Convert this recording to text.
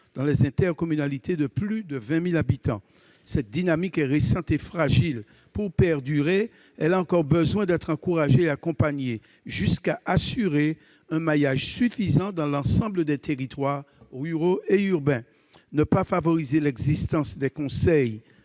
dans les intercommunalités de plus de 20 000 habitants. Cette dynamique est récente et fragile. Pour perdurer, elle a encore besoin d'être encouragée et accompagnée, jusqu'à assurer un maillage suffisant dans l'ensemble des territoires, ruraux et urbains. Ne pas favoriser l'existence des conseils